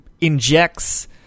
injects